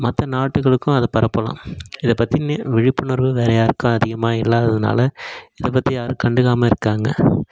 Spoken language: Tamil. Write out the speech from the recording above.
மற்ற நாட்டுகளுக்கும் அதை பரப்பலாம் இதை பற்றின விழிப்புணர்வு வேற யாருக்கும் அதிகமாக இல்லாததனால இதை பற்றி யாரும் கண்டுக்காமல் இருக்காங்க